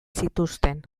zituzten